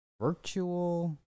Virtual